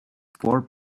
four